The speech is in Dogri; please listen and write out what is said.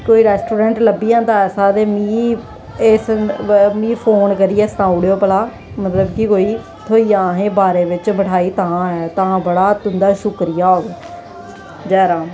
कोई रेस्ट्रोरेंट लब्बी जंदा ऐसा ते मिगी इस मिगी फोन करियै सनाओ ओड़ेओ भला मतलब कि कोई असेंगी थ्होई जा बारे च असेंगी मठाई ते तां ऐ तां बड़ा तुं'दा शुक्रिया होग जय राम